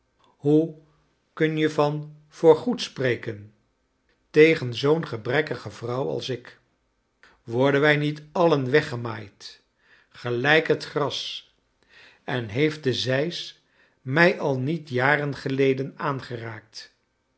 hoe kun je van voor goed spre ken tegen zoo'n gebrekkige vrouw als ik worden wij niet alien weggemaaid gelrjk het gras en heeft de zeis mij al niet jar en geleden aangeraakt